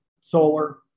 solar